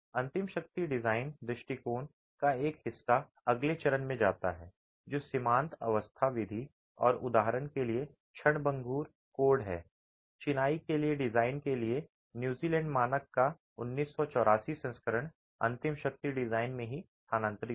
अंतिम शक्ति डिजाइन दृष्टिकोण का एक हिस्सा अगले चरण में जाता है जो सीमांत अवस्था विधि और उदाहरण के लिए क्षणभंगुर कोड है चिनाई के डिजाइन के लिए न्यूजीलैंड मानक का 1984 संस्करण अंतिम शक्ति डिजाइन में ही स्थानांतरित हो गया